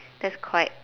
that's quite